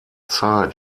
zeit